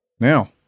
Now